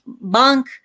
bank